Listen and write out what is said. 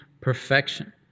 perfection